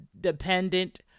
dependent